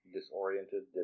Disoriented